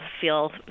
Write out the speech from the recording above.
feel